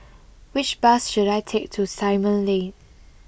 which bus should I take to Simon Lane